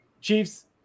Chiefs